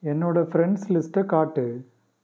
என்னோட ஃப்ரெண்ட்ஸ் லிஸ்ட்டை காட்டு